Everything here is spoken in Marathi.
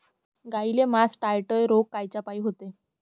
गाईले मासटायटय रोग कायच्यापाई होते?